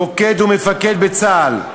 פקוד ומפקד בצה"ל,